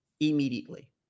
immediately